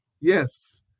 Yes